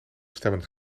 stemmen